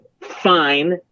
fine